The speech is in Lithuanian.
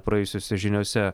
praėjusiose žiniose